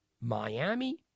Miami